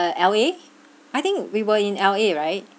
uh L_A I think we were in L_A right